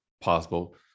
possible